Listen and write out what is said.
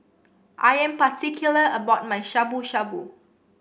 I am particular about my Shabu Shabu